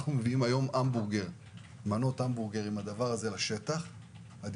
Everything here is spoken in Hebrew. אנחנו מביאים היום מנות המבורגרים לשטח עם פודטראק,